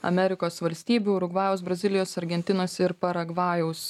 amerikos valstybių urugvajaus brazilijos argentinos ir paragvajaus